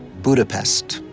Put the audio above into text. budapest.